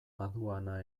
aduana